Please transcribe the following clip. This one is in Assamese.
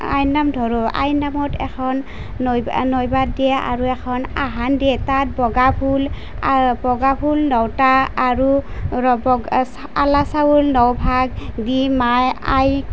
আইৰ নাম ধৰোঁ আইৰ নামত এখন নইবা নইবাত দিয়ে আৰু এখন আসান দিয়ে তাত বগা ফুল বগা ফুল নটা আৰু কালা চাউল নভাগ দি মাই আইক